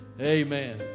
Amen